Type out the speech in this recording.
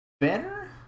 better